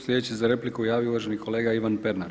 Sljedeći se za repliku javio uvaženi kolega Ivan Pernar.